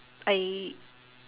I